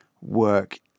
work